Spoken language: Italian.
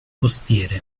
costiere